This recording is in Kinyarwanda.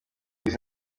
izi